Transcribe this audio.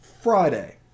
Friday